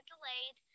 delayed